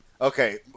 okay